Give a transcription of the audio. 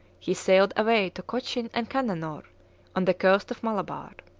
he sailed away to cochin and cananor on the coast of malabar.